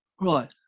Right